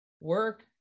work